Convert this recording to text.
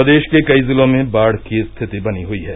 प्रदेश के कई जिलों में बाढ़ की स्थिति बनी हुयी है